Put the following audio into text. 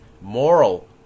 moral